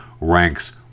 ranks